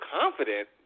confident